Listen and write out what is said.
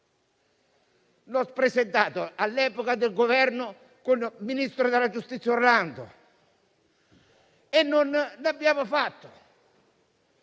L'ho presentato all'epoca del Governo di cui faceva parte il ministro della giustizia Orlando e non l'abbiamo fatto.